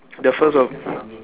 the first of